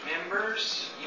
members